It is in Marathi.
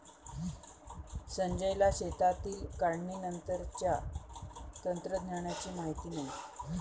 संजयला शेतातील काढणीनंतरच्या तंत्रज्ञानाची माहिती नाही